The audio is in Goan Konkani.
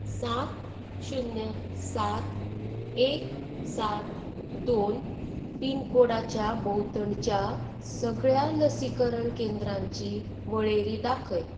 सात शून्य सात एक सात दोन पिनकोडाच्या भोंवतणच्या सगळ्या लसीकरण केंद्राची वळेरी दाखय